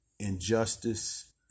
Injustice